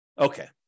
Okay